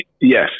Yes